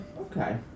okay